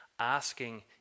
Asking